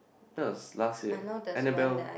that was last year Annabelle